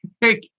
hey